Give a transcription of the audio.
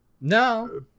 No